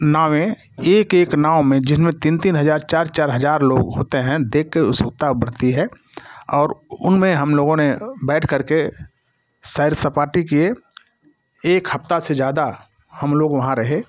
नावें एक एक नाव में जिनमें तीन तीन हजार चार चार हजार लोग होते हैं देख के उत्सुकता बढ़ती है और उन में हम लोगों ने बैठ करके सैर सपाटे किए एक हफ्ता से ज़्यादा हम लोग वहाँ रहे